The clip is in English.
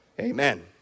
amen